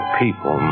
people